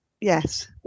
Yes